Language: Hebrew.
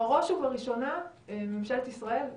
ובראש ובראשונה ממשלת ישראל.